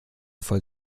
voll